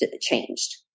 changed